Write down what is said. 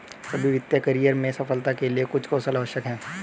सभी वित्तीय करियर में सफलता के लिए कुछ कौशल आवश्यक हैं